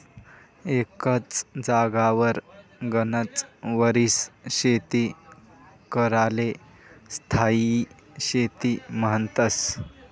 एकच जागावर गनच वरीस शेती कराले स्थायी शेती म्हन्तस